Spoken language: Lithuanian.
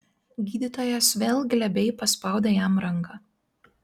gydytojas vėl glebiai paspaudė jam ranką